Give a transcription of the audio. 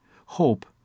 hope